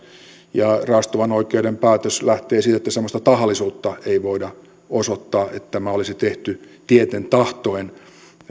ja raastuvanoikeuden päätös lähtee siitä että semmoista tahallisuutta ei voida osoittaa että tämä olisi tehty tieten tahtoen